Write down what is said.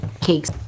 cakes